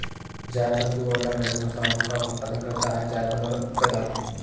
जायफल दो अलग अलग मसालों का उत्पादन करता है जायफल और गदा